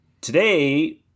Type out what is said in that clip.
today